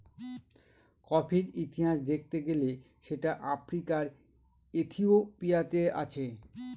কফির ইতিহাস দেখতে গেলে সেটা আফ্রিকার ইথিওপিয়াতে আছে